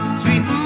sweet